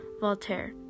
Voltaire